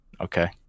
Okay